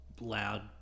loud